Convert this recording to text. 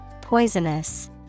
poisonous